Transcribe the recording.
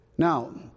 Now